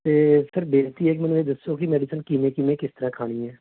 ਤਾਂ ਸਰ ਬੇਨਤੀ ਆ ਕਿ ਮੈਨੂੰ ਇਹ ਦੱਸੋ ਕਿ ਮੈਡੀਸਨ ਕਿਵੇਂ ਕਿਵੇਂ ਕਿਸ ਤਰ੍ਹਾਂ ਖਾਣੀ ਹੈ